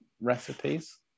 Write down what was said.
recipes